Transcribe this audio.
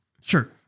Sure